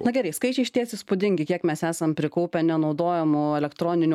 na gerai skaičiai išties įspūdingi kiek mes esam prikaupę nenaudojamų elektroninių